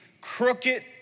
crooked